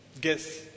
Guess